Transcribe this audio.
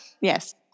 Yes